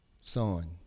son